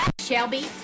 Shelby